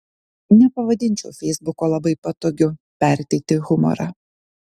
nepavadinčiau feisbuko labai patogiu perteikti humorą